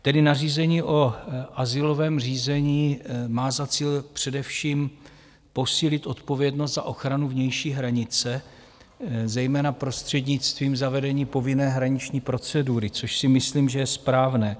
Tedy nařízení o azylovém řízení má za cíl především posílit odpovědnost za ochranu vnější hranice, zejména prostřednictvím zavedení povinné hraniční procedury, což si myslím, že je správné.